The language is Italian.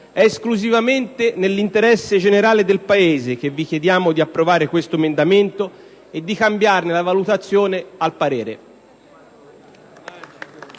È esclusivamente nell'interesse generale del Paese che vi chiediamo di approvare questo emendamento e di cambiarne la valutazione nel parere.